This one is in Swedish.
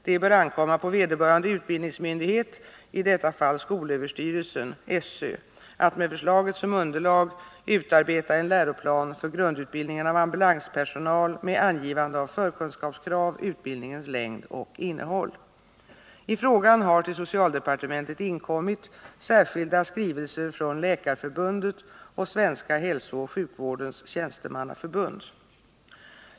Det bör ankomma på vederbörande utbildningsmyndighet — i detta fall skolöverstyrelsen — att med förslaget som underlag utarbeta en läroplan för grundutbildningen av ambulanspersonal med angivande av förkunskapskrav, utbildningens längd och innehåll. I frågan har till socialdepartementet inkommit särskilda skrivelser från Läkarförbundet och Svenska hälsooch sjukvårdens tjänstemannaförbund.